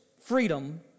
freedom